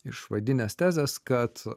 išvadinęs tezės kad